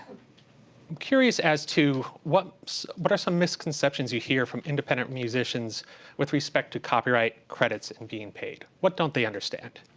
curious as to what but are some misconceptions you hear from independent musicians with respect to copyright credits and being paid? what don't they understand?